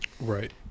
right